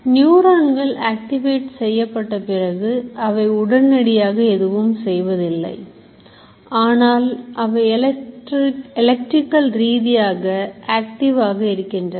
நியூரான்கள் ஆக்டிவேட் செய்யப்பட்ட பிறகு அவை உடனடியாக எதுவும் செய்வதில்லை ஆனால் அவை எலக்ட்ரிகல் ரீதியாக ஆக்டிவ் ஆக இருக்கின்றன